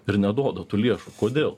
ir neduoda tų lėšų kodėl